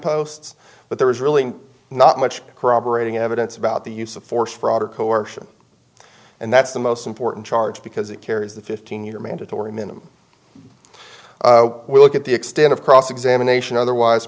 posts but there is really not much corroborating evidence about the use of force fraud or coercion and that's the most important charge because it carries the fifteen year mandatory minimum so we look at the extent of cross examination otherwise